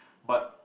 but